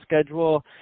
schedule